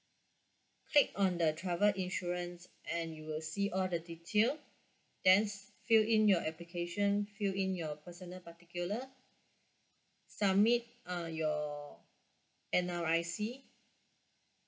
click on the travel insurance and you will see all the detail then s~ fill in your application fill in your personal particular submit uh your N_R_I_C